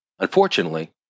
Unfortunately